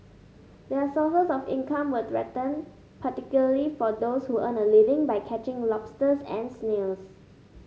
their sources of income were threatened particularly for those who earn a living by catching lobsters and snails